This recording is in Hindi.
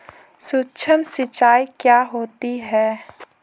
सुक्ष्म सिंचाई क्या होती है?